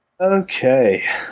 Okay